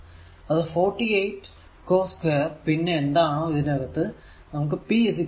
അത് 48 cos 2 പിന്നെ എന്താണോ അതിനകത്തു നമുക്ക് p 4